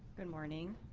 and morning.